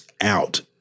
out